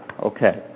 Okay